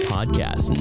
Podcast